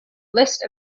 list